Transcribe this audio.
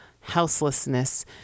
houselessness